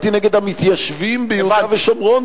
אמרתי נגד המתיישבים ביהודה ושומרון,